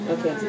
Okay